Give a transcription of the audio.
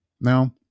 Now